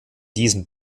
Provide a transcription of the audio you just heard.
diesem